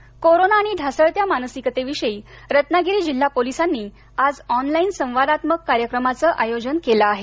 Ratnagiri corona आणि ढासळत्या मानसिकतेविषयी रत्नागिरी जिल्हा पोलिसांनी आज ऑनलाइन संवादात्मक कार्यक्रमाचं आयोजन केलं आहे